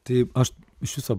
taip aš iš viso